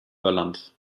irland